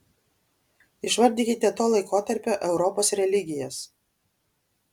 išvardykite to laikotarpio europos religijas